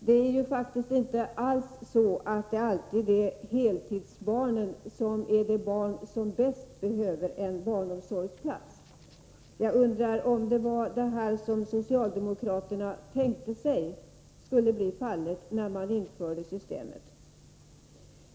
Det är faktiskt inte alls så att det alltid är heltidsbarnen som är de som bäst behöver en barnomsorgsplats. Jag undrar om detta var vad socialdemokraterna tänkte på när de införde systemet.